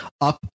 up